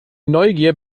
neugier